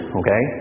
okay